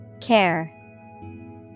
Care